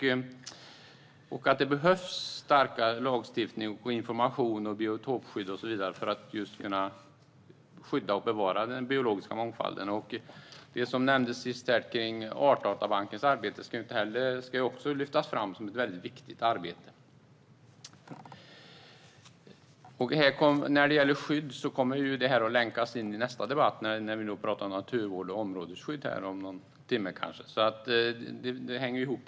Det behövs stark lagstiftning, information, biotopskydd och så vidare för att kunna skydda och bevara den biologiska mångfalden. Artdatabankens arbete ska också lyftas fram som väldigt viktigt. När det gäller skydd kommer det att länkas till nästa debatt när vi talar om naturvård och områdesskydd om kanske någon timme. Detta hänger ihop.